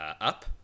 up